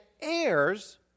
heirs